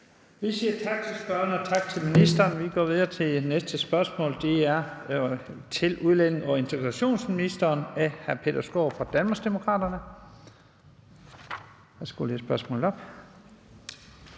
Vi siger tak til spørgeren og tak til ministeren. Vi går videre til næste spørgsmål. Det er til udlændinge- og integrationsministeren og er stillet af hr. Peter Skaarup fra Danmarksdemokraterne.